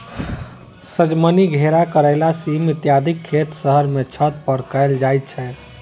सजमनि, घेरा, करैला, सीम इत्यादिक खेत शहर मे छत पर कयल जाइत छै